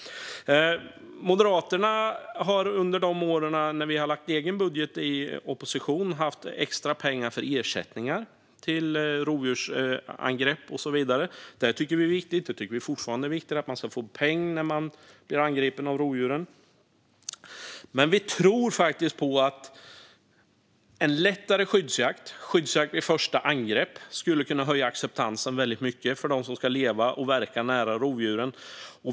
Moderaterna har under de år vi lagt egen budget i opposition avsatt extra pengar för ersättningar vid rovdjursangrepp och liknande. Vi tyckte att det var viktigt, och vi tycker fortfarande att det är viktigt, att man får pengar när man blir angripen av rovdjuren. Men vi tror faktiskt att en lättare skyddsjakt - skyddsjakt vid första angrepp - skulle kunna höja acceptansen väldigt mycket för dem som ska leva och verka nära rovdjuren.